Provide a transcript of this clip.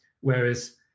whereas